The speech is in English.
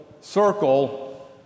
circle